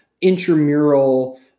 intramural